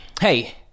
hey